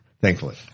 Thankfully